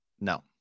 no